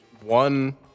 one